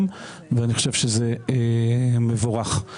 אני חושב שזה מבורך.